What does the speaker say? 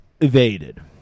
evaded